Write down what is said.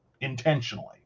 intentionally